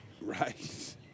Right